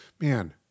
man